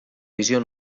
visió